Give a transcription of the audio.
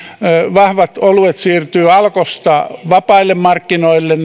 vahvat oluet siirtyvät alkosta vapaille markkinoille